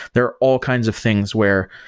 there are all kinds of things where,